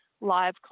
live